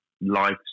life